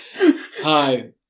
hi